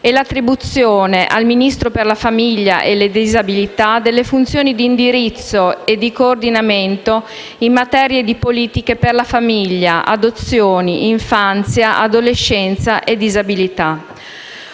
e l'attribuzione al Ministro per la famiglia e le disabilità delle funzioni di indirizzo e di coordinamento in materia di politiche per la famiglia, adozioni, infanzia, adolescenza e disabilità.